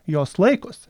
jos laikosi